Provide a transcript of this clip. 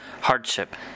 hardship